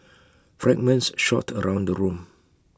fragments shot around the room